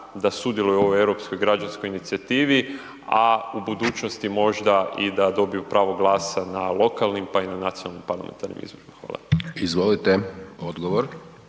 da sudjeluju u ovoj europskoj građanskoj inicijativi, a u budućnosti možda i da dobiju pravo glasa na lokalnim pa i na nacionalnim parlamentarnim izborima? Hvala. **Hajdaš